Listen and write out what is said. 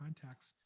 contacts